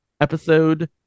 Episode